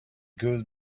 goose